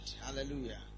Hallelujah